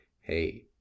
hey